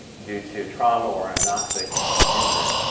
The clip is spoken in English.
due to trauma or anoxic injury.